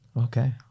Okay